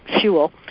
fuel